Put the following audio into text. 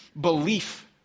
belief